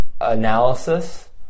analysis